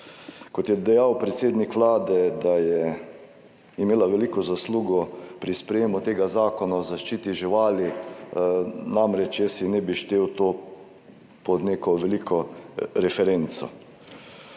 kot je dejal predsednik Vlade, da je imela veliko zaslugo pri sprejemu tega zakona o zaščiti živali. Namreč, jaz si ne bi štel to pod neko veliko referenco.